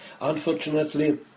Unfortunately